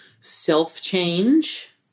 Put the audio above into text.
Self-change